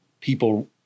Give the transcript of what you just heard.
people